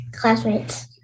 classmates